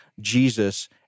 Jesus